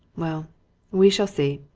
well we shall see.